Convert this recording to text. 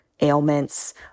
ailments